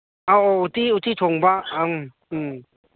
ꯑꯧ ꯑꯧ ꯑꯧ ꯎꯇꯤ ꯎꯇꯤ ꯊꯣꯡꯕ ꯎꯝ ꯎꯝ